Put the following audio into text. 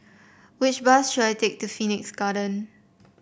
which bus should I take to Phoenix Garden